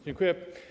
Dziękuję.